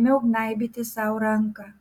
ėmiau gnaibyti sau ranką